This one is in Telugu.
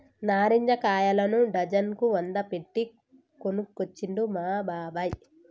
నారింజ కాయలను డజన్ కు వంద పెట్టి కొనుకొచ్చిండు మా బాబాయ్